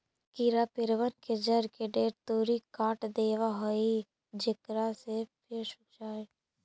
कीड़ा पेड़बन के जड़ के ढेर तुरी काट देबा हई जेकरा से पेड़ सूख जा हई